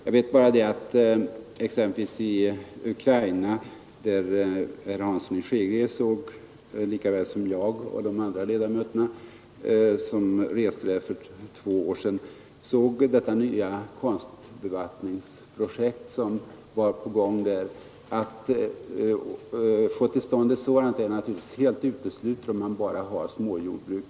Jag vet bara att exempelvis i Ukraina såg herr Hansson i Skegrie lika väl som jag och de andra ledamöterna i utskottet som reste där för två år sedan det nya väldiga konstbevattningsprojekt som var igångsatt. Att få till stånd ett sådant är naturligtvis helt uteslutet om man bara har småjordbruk.